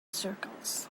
circles